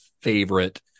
favorite